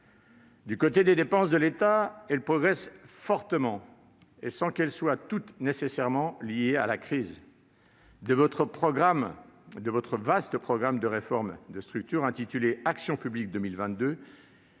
Les dépenses de l'État progressent fortement sans qu'elles soient toutes nécessairement liées à la crise. De votre vaste programme de réformes de structure intitulé Action publique 2022,